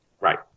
Right